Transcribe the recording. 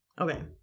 Okay